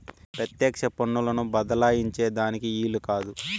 పెత్యెక్ష పన్నులను బద్దలాయించే దానికి ఈలు కాదు